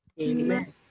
Amen